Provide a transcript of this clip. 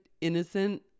innocent